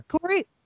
Corey